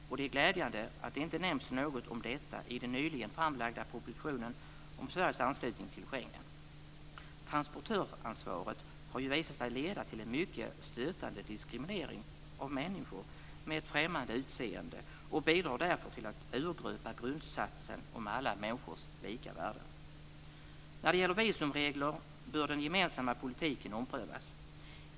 Och det är glädjande att det inte nämns något om detta i den nyligen framlagda propositionen om Sveriges anslutning till Schengen. Transportörsansvaret har ju visat sig leda till en mycket stötande diskriminering av människor med ett främmande utseende och bidrar därför till att urgröpa grundsatsen om alla människors lika värde. När det gäller visumregler bör den gemensamma politiken omprövas.